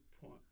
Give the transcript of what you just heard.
point